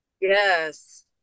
Yes